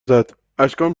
زد، اشکام